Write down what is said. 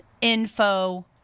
info